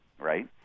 right